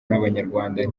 n’abanyarwanda